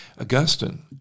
Augustine